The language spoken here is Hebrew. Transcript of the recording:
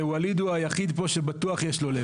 ווליד הוא היחיד פה שבטוח יש לו לב.